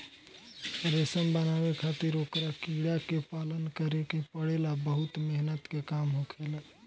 रेशम बनावे खातिर ओकरा कीड़ा के पालन करे के पड़ेला बहुत मेहनत के काम होखेला